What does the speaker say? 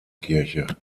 kirche